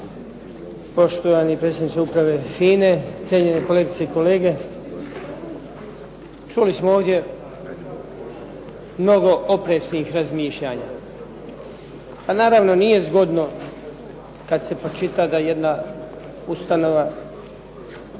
Poštovani predsjedniče Uprave "FINE", cijenjene kolegice i kolege. Čuli smo ovdje mnogo opreznih razmišljanja. Pa naravno nije zgodno kad se pročita da jedna ustanova